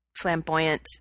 flamboyant